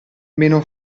meno